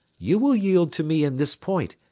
you will yield to me in this point,